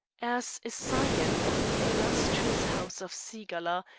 as a scion of the illustrious house of cigala,